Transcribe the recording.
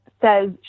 says